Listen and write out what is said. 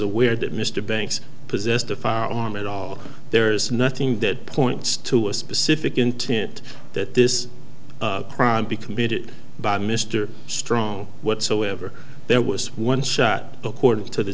aware that mr banks possessed a firearm at all there is nothing that points to a specific intent that this crime be committed by mr strong whatsoever there was one shot according to the